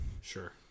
Sure